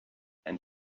and